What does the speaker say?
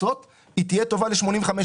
לעשות היא תהיה טובה ל-85ב,